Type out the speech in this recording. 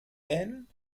ben